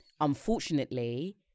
Unfortunately